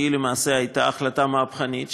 שלמעשה הייתה החלטה מהפכנית,